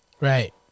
Right